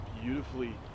beautifully